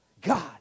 God